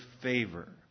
favor